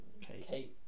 Kate